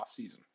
offseason